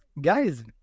guys